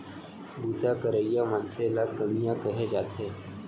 बूता करइया मनसे ल कमियां कहे जाथे